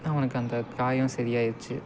அவனுக்கு அந்த காயம் சரியாகிருச்சு